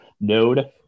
Node